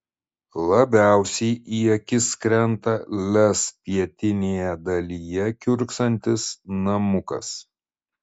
labiausiai į akis krenta lez pietinėje dalyje kiurksantis namukas